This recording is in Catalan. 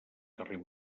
carrer